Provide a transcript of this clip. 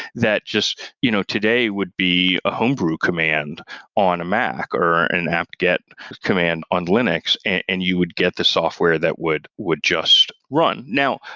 that just you know today would be a home brew command on a mac or an on apt-get command on linux and you would get the software that would would just run. now,